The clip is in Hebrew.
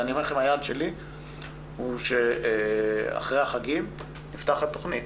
היעד שלי הוא שאחרי החגים נפתחת תכנית.